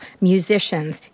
musicians